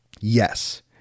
yes